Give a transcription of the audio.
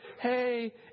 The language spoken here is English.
Hey